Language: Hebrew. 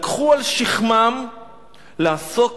לקחו על שכמם לעסוק